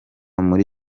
muri